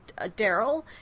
Daryl